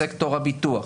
בסקטור הביטוח,